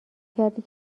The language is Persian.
کردی